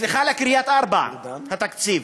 סליחה, לקריית-ארבע התקציב.